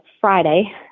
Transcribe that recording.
Friday